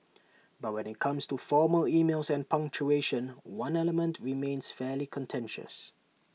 but when IT comes to formal emails and punctuation one element remains fairly contentious